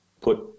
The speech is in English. put